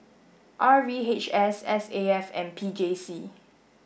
R V H S S A F and P J C